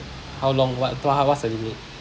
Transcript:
how long what how what's the limit